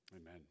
Amen